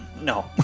No